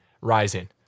rising